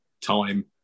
time